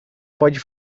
pode